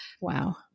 Wow